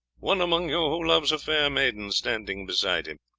one among you who loves a fair maiden standing beside him.